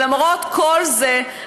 למרות כל זה,